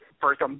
first